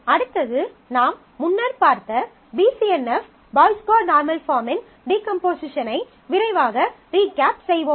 அடுத்தது நாம் முன்னர் பார்த்த BCNF பாய்ஸ் கோட் நார்மல் பாஃர்ம்மின் டீகம்போசிஷனை விரைவாக ரீகேப் செய்வோம்